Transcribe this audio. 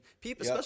people